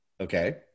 Okay